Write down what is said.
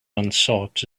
unsought